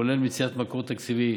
כולל מציאת מקור תקציבי.